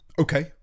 Okay